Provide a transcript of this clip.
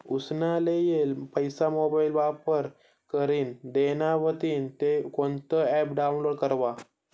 उसना लेयेल पैसा मोबाईल वापर करीन देना व्हतीन ते कोणतं ॲप डाऊनलोड करवा?